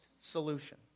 solution